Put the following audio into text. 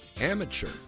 amateur